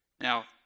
Now